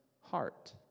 heart